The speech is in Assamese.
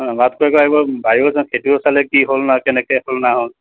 অঁ ভাত খোৱাকৈ আহিব বাৰীও চা খেতিও চালে কি হ'ল কেনেকৈ হ'ল নহ'ল